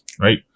Right